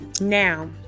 Now